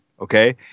Okay